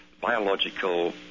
biological